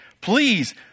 please